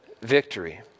victory